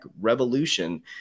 revolution